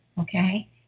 Okay